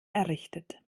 errichtet